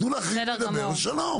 תנו לאחרים לדבר ושלום.